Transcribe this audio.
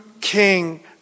king